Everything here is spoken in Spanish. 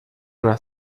una